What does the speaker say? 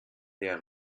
der